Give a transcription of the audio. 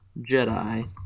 Jedi